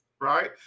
Right